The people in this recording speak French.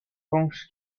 fañch